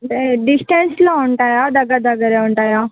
అంటే డిస్టెన్స్లో ఉంటాయా దగ్గర దగ్గర ఉంటాయా